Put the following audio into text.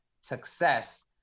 success